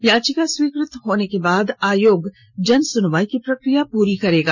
याचिका स्वीकृत होने के बाद आयोग जनसुनवाई की प्रक्रिया पूरी करेगा